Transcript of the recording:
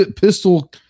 pistol